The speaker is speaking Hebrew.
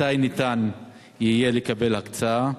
מתי ניתן יהיה לקבל הקצאה?